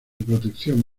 protección